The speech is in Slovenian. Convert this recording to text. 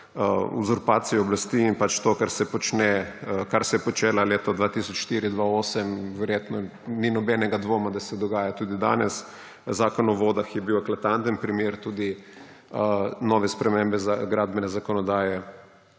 uzurpacijo oblasti in to, kar se je počelo med letoma 2004−2008, verjetno ni nobenega dvoma, da se dogaja tudi danes. Zakon o vodah je bil eklatanten primer, tudi nove spremembe gradbene zakonodaje